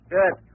Good